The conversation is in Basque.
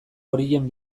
horien